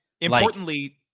importantly